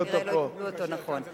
רק שכנראה לא יקבלו אותו נכון.